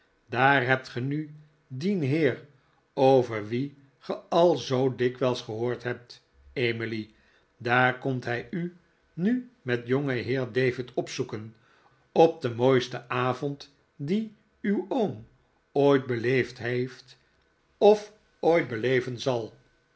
daar hebt ge nu dien heer over wien ge al zoo dikwijls gehoord hebt emily daar komt hij u nu met jongenheer david opzoeken op den mooisten avond dien uw oom ooit beleefd heeft of ooit beleven zal